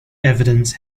evidence